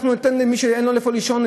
מי שאין לו איפה לישון,